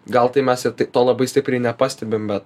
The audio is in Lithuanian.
gal tai mes ir tai to labai stipriai nepastebim bet